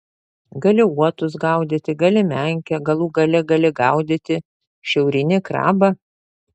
gali uotus gaudyti gali menkę galų gale gali gaudyti šiaurinį krabą